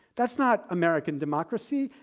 that is not american democracy.